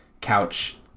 couch